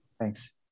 Thanks